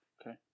okay